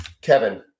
Kevin